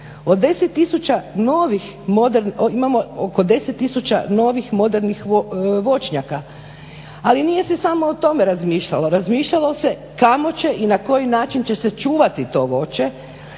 10 tisuća novih modernih voćnjaka. Ali nije se samo o tome razmišljalo, razmišljalo se kamo će i na koji način će se čuvati to voće,